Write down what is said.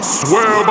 swear